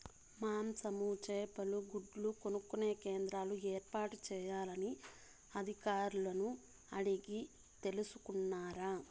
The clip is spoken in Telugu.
మాంసము, చేపలు, గుడ్లు కొనుక్కొనే కేంద్రాలు ఏర్పాటు చేయాలని అధికారులను అడిగి తెలుసుకున్నారా?